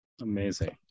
Amazing